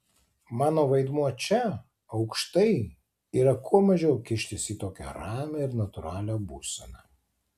mano vaidmuo čia aukštai yra kuo mažiau kištis į tokią ramią ir natūralią būseną